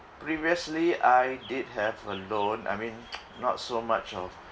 previously I did have a loan I mean not so much of